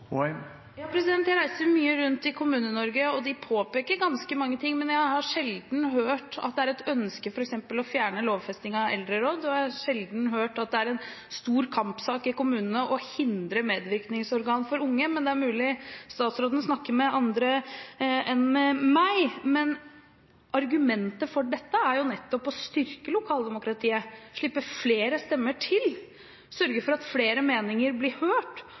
Ja, jeg reiser mye rundt i Kommune-Norge, og de påpeker ganske mange ting, men jeg har sjelden hørt at det er et ønske f.eks. å fjerne lovfestingen av eldreråd, og jeg har sjelden hørt at det er en stor kampsak i kommunene å hindre medvirkningsorgan for unge, men det er mulig statsråden snakker med andre enn det jeg gjør. Men argumentet for dette er jo nettopp å styrke lokaldemokratiet, å slippe flere stemmer til, å sørge for at flere meninger blir hørt,